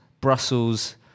Brussels